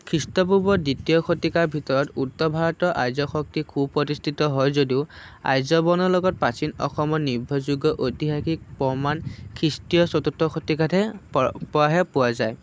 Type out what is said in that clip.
খ্ৰীষ্টপূৰ্ব দ্বিতীয় শতিকাৰ ভিতৰত উত্তৰ ভাৰতৰ আৰ্য শক্তি সুপ্ৰতিষ্ঠিত হয় যদিও আৰ্য বৰ্ণৰ লগত প্ৰাচীন অসমৰ নিৰ্ভৰযোগ্য ঐতিহাসিক প্ৰমাণ খ্ৰীষ্টীয় চতুৰ্থ শতিকাতহে পৰাহে পোৱা যায়